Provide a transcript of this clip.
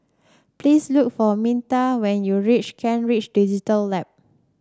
please look for Minta when you reach Kent Ridge Digital Lab